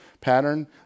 pattern